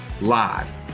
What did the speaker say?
live